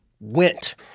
went